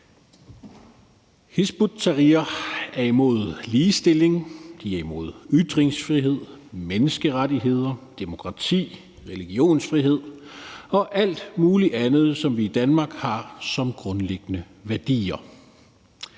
Hizb ut-Tahrir er imod ligestilling, og de er imod ytringsfrihed, menneskerettigheder, demokrati, religionsfrihed og alt muligt andet, som vi i Danmark har som grundlæggende værdier.